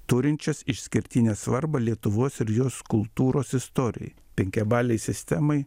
turinčios išskirtinę svarbą lietuvos ir jos kultūros istorijoj penkiabalėj sistemoj